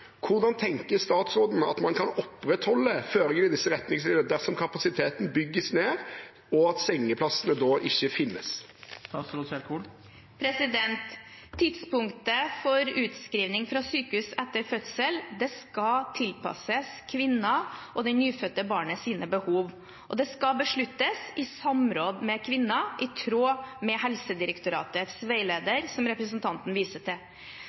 Hvordan tenker statsråden man kan opprettholde føringene i retningslinjene dersom kapasiteten bygges ned slik at sengeplassene ikke finnes?» Tidspunktet for utskriving fra sykehus etter fødsel skal tilpasses kvinnens og det nyfødte barnets behov, og det skal besluttes i samråd med kvinnen, i tråd med Helsedirektoratets veileder, som representanten viser til.